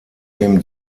wem